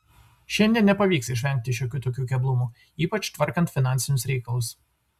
šiandien nepavyks išvengti šiokių tokių keblumų ypač tvarkant finansinius reikalus